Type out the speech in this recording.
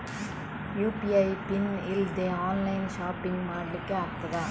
UPI PIN ಇಲ್ದೆ online shopping ಮಾಡ್ಲಿಕ್ಕೆ ಆಗ್ತದಾ?